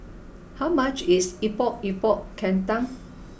how much is Epok Epok Kentang